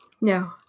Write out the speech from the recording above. No